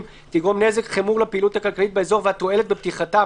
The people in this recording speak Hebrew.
תגרום נזק חמור לפעילות הכלכלית באזור והתועלת בפתיחתם